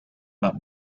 about